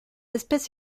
espèce